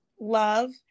love